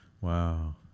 Wow